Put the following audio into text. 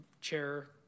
Chair